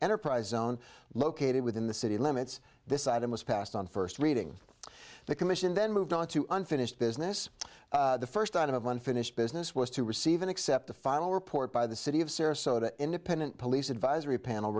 enterprise zone located within the city limits this item was passed on first reading the commission then moved on to unfinished business the first item of unfinished business was to receive an except the final report by the city of sarasota independent police advisory panel